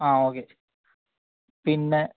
ആ ഓക്കേ പിന്നെ